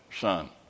son